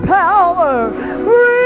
power